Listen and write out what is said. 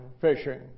fishing